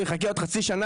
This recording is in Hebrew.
הוא יחכה עוד חצי שנה,